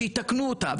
כדי שיתקנו אותה,